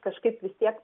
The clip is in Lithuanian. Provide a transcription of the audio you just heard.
kažkaip vis tiek